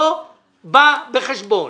לא בא בחשבון.